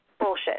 Bullshit